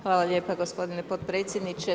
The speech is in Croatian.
Hvala lijepa gospodine potpredsjedniče.